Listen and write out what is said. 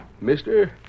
Mister